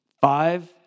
Five